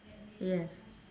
yes